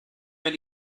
wenn